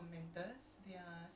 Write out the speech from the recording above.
ya ya